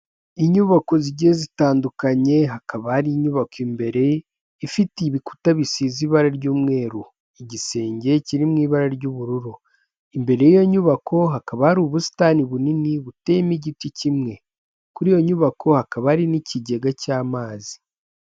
Inyubako zigiye zitandukanye hakaba hari inyubako imbere ifite ibikuta bisize ibara ry'umweru igisenge kiri mu ibara ry'ubururu, imbere y'iyo nyubako hakaba hari ubusitani bunini buteyemo igiti kimwe, kuri iyo nyubako hakaba ari n'ikigega cy'amazi.